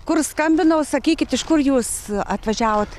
kur skambinau sakykit iš kur jūs atvažiavot